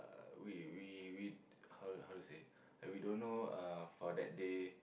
uh we we we how how to say like we don't know uh for that day